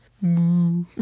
Moo